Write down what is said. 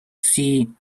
see